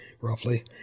roughly